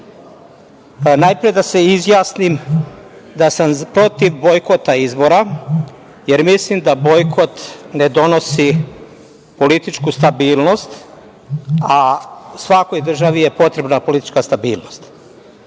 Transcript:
da se izjasnim da sam protiv bojkota izbora, jer mislim da bojkot ne donosi političku stabilnost, a svakoj državi je potrebna državna stabilnost.